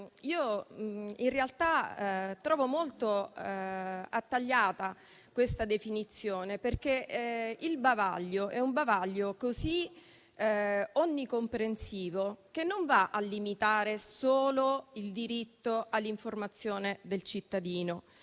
ma in realtà trovo molto attagliata questa definizione, perché il bavaglio è così omnicomprensivo che non va a limitare solo il diritto all'informazione del cittadino.